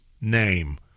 name